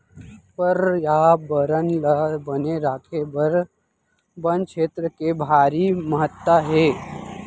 परयाबरन ल बने राखे बर बन छेत्र के भारी महत्ता हे